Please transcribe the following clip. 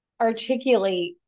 articulate